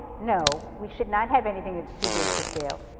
no we should not have anything that's too big to fail,